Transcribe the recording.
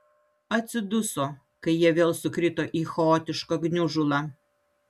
atsiduso kai jie vėl sukrito į chaotišką gniužulą